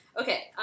Okay